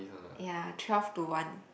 ya twelve to one